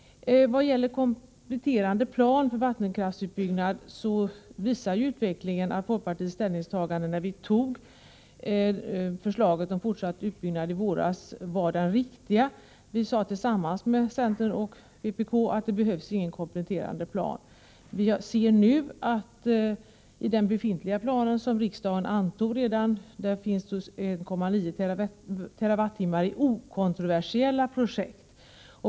Vad gäller en kompletterande plan för vattenkraftsutbyggnad visar ju utvecklingen att folkpartiets ställningstagande när förslaget om fortsatt utbyggnad antogs i våras var det riktiga. Vi sade tillsammans med centern och vpk att det inte behövs någon kompletterande plan. Nu ser vi att det i den befintliga plan som riksdagen antog redan finns 1,9 TWh i okontroversiella projekt.